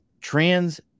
trans